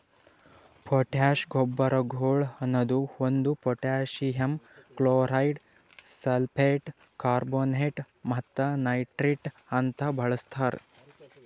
potash ಗೊಬ್ಬರಗೊಳ್ ಅನದು ಒಂದು ಪೊಟ್ಯಾಸಿಯಮ್ ಕ್ಲೋರೈಡ್, ಸಲ್ಫೇಟ್, ಕಾರ್ಬೋನೇಟ್ ಮತ್ತ ನೈಟ್ರೇಟ್ ಅಂತ ಬಳಸ್ತಾರ್